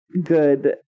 good